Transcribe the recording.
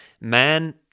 man